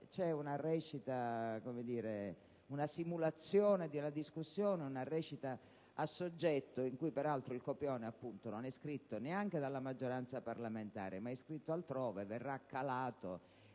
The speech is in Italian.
c'è la simulazione di una discussione, una recita a soggetto in cui peraltro il copione non è scritto neanche dalla maggioranza parlamentare, ma è scritto altrove e verrà poi calato,